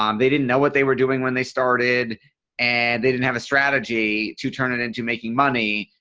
um they didn't know what they were doing when they started and they didn't have a strategy to turn it into making money.